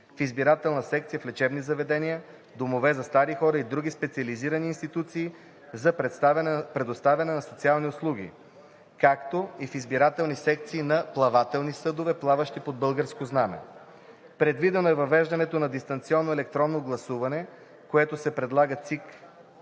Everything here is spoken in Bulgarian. в избирателни секции в лечебни заведения, домове за стари хора и други специализирани институции за предоставяне на социални услуги, както и в избирателни секции на плавателни съдове, плаващи под българско знаме. Предвидено е въвеждането на дистанционно електронно гласуване, като се предлага ЦИК